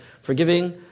forgiving